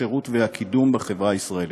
השירות והקידום בחברה הישראלית.